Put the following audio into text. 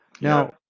Now